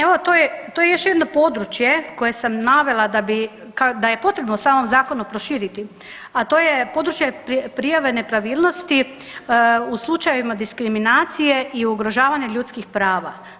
Evo to je još jedno područje koje sam navela da je potrebno u samom zakonu proširiti, a to je područje prijave nepravilnosti u slučajevima diskriminacije i ugrožavanja ljudskih prava.